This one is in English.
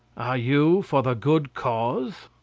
ah you for the good cause?